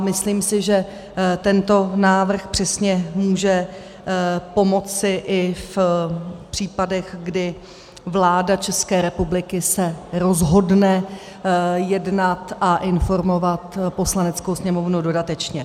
Myslím si, že tento návrh přesně může pomoci i v případech, kdy se vláda České republiky rozhodne jednat a informovat Poslaneckou sněmovnu dodatečně.